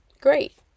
great